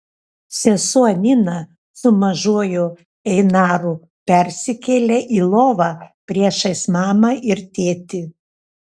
sesuo nina su mažuoju einaru persikėlė į lovą priešais mamą ir tėtį